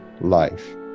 life